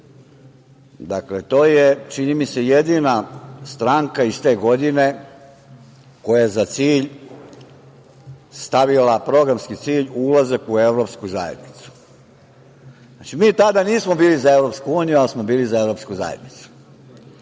izdanju, to je čini mi se jedina stranka iz te godine koja za cilj stavila programski cilj - ulazak u Evropsku zajednicu. Mi tada nismo bili za Evropsku uniju, ali smo bili za Evropsku zajednicu.